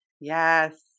Yes